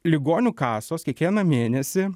ligonių kasos kiekvieną mėnesį